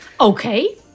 Okay